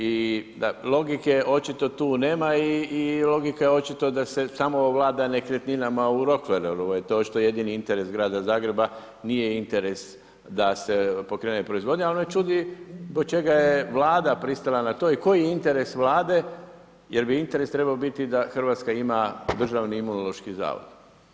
I da logike očito tu nema i da logika je očito da se samo vlada nekretninama u Rockfellerovoj, to što je jedini interes grada Zagreba, nije interes da se pokrene proizvodnja, ali me čudi zbog čega je Vlada pristala na to i koji je interes Vlade jer bi interes trebao biti da Hrvatska ima državni Imunološki zavod.